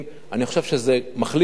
אני חושב שזה מחליש אותה,